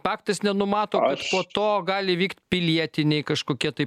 paktas nenumato po to gali vykt pilietiniai kažkokie tai